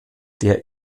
der